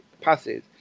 passes